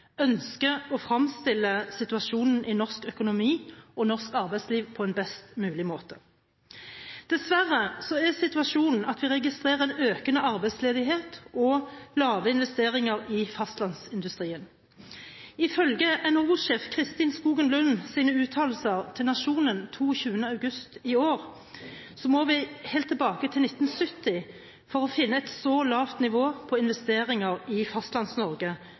ønsker å fremstille situasjonen i norsk økonomi og norsk arbeidsliv på en best mulig måte. Dessverre er situasjonen at vi registrerer en økende arbeidsledighet og lave investeringer i fastlandsindustrien. Ifølge NHO-sjef Kristin Skogen Lunds uttalelser til Nationen 22. august i år må vi helt tilbake til 1970 for å finne et så lavt nivå på investeringer i